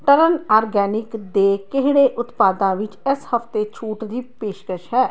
turn Organic ਦੇ ਕਿਹੜੇ ਉਤਪਾਦਾਂ ਵਿੱਚ ਇਸ ਹਫ਼ਤੇ ਛੋਟ ਦੀ ਪੇਸ਼ਕਸ਼ ਹੈ